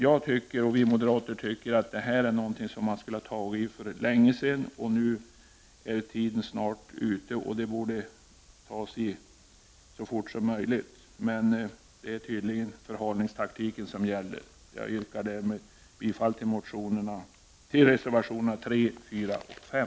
Jag och övriga moderater tycker att man skulle ha gripit sig an dessa frågor för länge sedan. Nu är tiden snart ute, och åtgärder bör sättas in så snart som möjligt, men det är tydligen förhalningstaktiken som gäller. Jag yrkar bifall till reservationerna 3, 4 och 5.